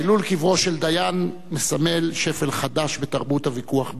חילול קברו של דיין מסמל שפל חדש בתרבות הוויכוח בישראל.